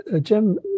Jim